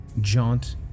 jaunt